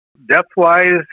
Depth-wise